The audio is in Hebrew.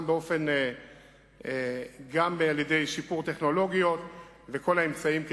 גם על-ידי שיפור טכנולוגיות ובכל האמצעים.